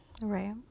right